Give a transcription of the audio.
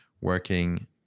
working